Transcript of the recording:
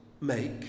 make